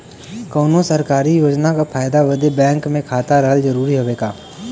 कौनो सरकारी योजना के फायदा बदे बैंक मे खाता रहल जरूरी हवे का?